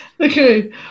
Okay